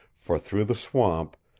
for through the swamp,